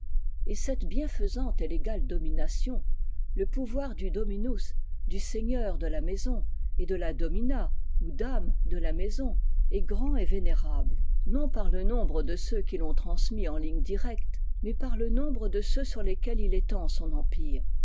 et cette bienfaisante et légale domination le pouvoir du dominus du seigneur de la maison et de la domina ou dame de la maison est grand et vénérable non par le nombre de ceux qui l'ont transmis en ligne directe mais par le nombre de ceuxsur lesquels il étend son empire